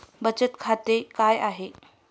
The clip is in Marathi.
बचत खाते काय आहे?